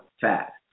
fat